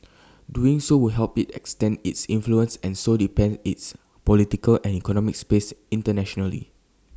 doing so would help IT extend its influence and so depend its political and economic space internationally